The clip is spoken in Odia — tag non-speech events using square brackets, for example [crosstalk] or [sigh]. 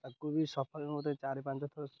ତାକୁ ବି [unintelligible] ମୋତେ ଚାରି ପାଞ୍ଚ ଥର